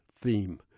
theme